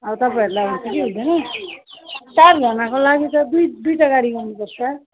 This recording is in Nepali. अब तपाईँहरूलाई हुन्छ कि हुँदैन चारजनाको लागि त दुई दुइटा गाडी गर्नुपर्छ